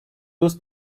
ust